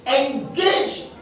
Engage